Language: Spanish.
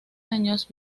años